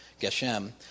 Geshem